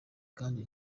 kandi